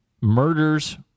Murders